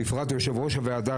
בפרט יושב ראש הוועדה,